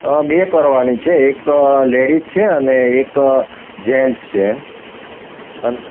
બે કરવાની છે એક લેડિસ છે અને એક જેન્ટ્સ છે અન